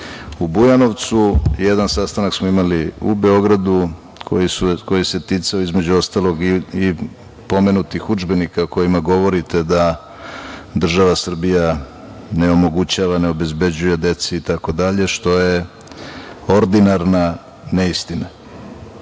u Bujanovcu. Jedna sastanak smo imali u Beogradu koji se između ostalog ticao i pomenutih udžbenika o kojima govorite da država Srbija ne omogućava, ne obezbeđuje deci i tako dalje, što je ordinarna neistina. Ponovo